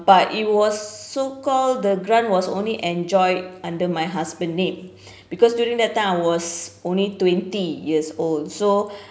but it was so call the grant was only enjoyed under my husband name because during that time I was only twenty years old so